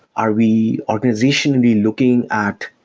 are we organizationally looking at